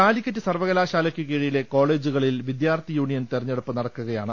കാലിക്കറ്റ് സർവകലാശാലയ്ക്കു കീഴിലെ കോളേജുകളിൽ വിദ്യാർത്ഥി യൂണിയൻ തെരഞ്ഞെടുപ്പ് നടക്കുകയാണ്